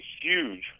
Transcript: huge